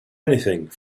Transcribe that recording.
anything